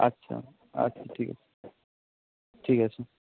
আচ্ছা আচ্ছা ঠিক আছে ঠিক আছে